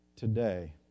today